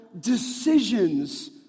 decisions